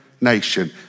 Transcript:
nation